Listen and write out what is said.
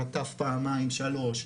נטף פעמיים-שלוש,